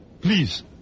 please